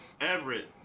Everett